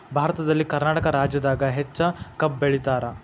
ಭಾರತದಲ್ಲಿ ಕರ್ನಾಟಕ ರಾಜ್ಯದಾಗ ಹೆಚ್ಚ ಕಬ್ಬ್ ಬೆಳಿತಾರ